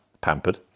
pampered